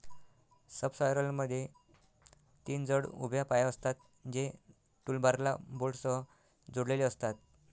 सबसॉयलरमध्ये तीन जड उभ्या पाय असतात, जे टूलबारला बोल्टसह जोडलेले असतात